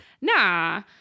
Nah